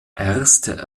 erste